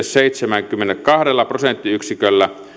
seitsemälläkymmenelläkahdella prosenttiyksiköllä